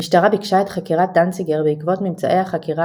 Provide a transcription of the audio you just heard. המשטרה ביקשה את חקירת דנציגר בעקבות ממצאי החקירה